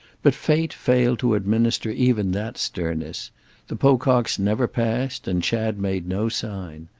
but fate failed to administer even that sternness the pococks never passed and chad made no sign.